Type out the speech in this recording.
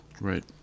Right